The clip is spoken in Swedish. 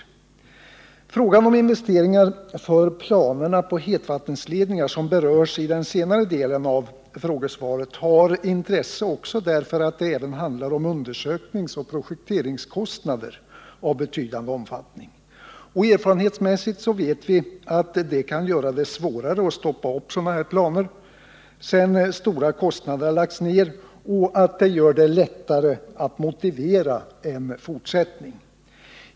Spörsmålet om investeringar för planerna på hetvattenledningar, som berörs i den senare delen av frågesvaret, är av intresse också därför att det även handlar om undersökningsoch projekteringskostnader av betydande omfattning. Erfarenhetsmåssigt vet vi att det kan bli svårare att stoppa sådana här planer sedan stora kostnader har lagts ned. Det blir lättare att motivera en fortsättning.